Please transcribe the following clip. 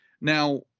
Now